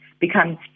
becomes